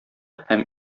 һәм